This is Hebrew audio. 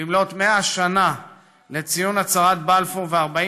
במלאות 100 שנה לציון הצהרת בלפור ו-40